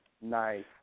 nice